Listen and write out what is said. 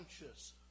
conscious